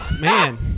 Man